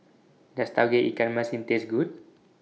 Does Tauge Ikan Masin Taste Good